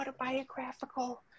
autobiographical